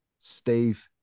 Steve